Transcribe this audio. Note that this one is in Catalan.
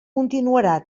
continuarà